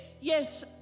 yes